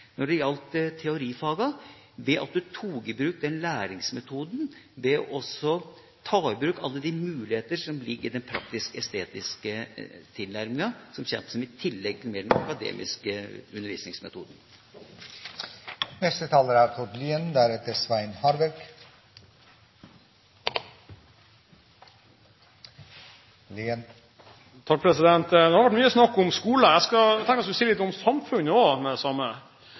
når det gjelder teorifagene, ved at man tar i bruk denne læringsmetoden og alle de muligheter som ligger i den praktisk-estetiske tilnærminga, og som kommer som et tillegg til den mer akademiske undervisningsmetoden. Det har vært mye snakk om skole. Jeg tenkte jeg skulle si noe om samfunnet også, med det samme.